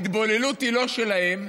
ההתבוללות היא לא שלהם,